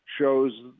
shows